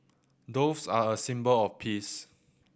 doves are a symbol of peace